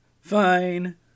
fine